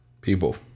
people